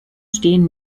stehen